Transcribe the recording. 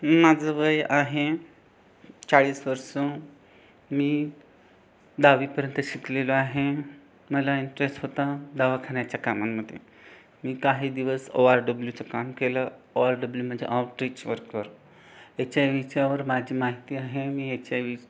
माझं वय आहे चाळीस वर्षं मी दहावीपर्यंत शिकलेलो आहे मला इंटरेस्ट होता दवाखान्याच्या कामामध्ये मी काही दिवस ओ आर डब्लूचं काम केलं ओ आर डब्लू म्हणजे आउटरिच वर्कर एच आय वीच्या वर माझी माहिती आहे मी एचआयवी